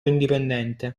indipendente